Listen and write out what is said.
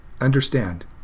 understand